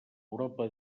europa